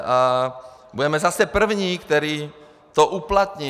A budeme zase první, kdo to uplatní.